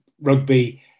rugby